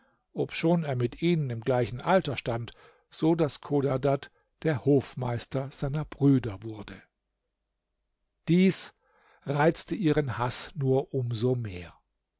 obschon er mit ihnen in gleichem alter stand so daß chodadad der hofmeister seiner brüder wurde dies reizte ihren haß nur um so mehr